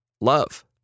love